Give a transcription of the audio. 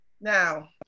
Now